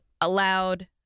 allowed